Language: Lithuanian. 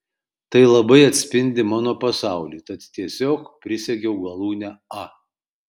tai labai atspindi mano pasaulį tad tiesiog prisegiau galūnę a